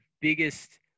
biggest –